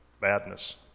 badness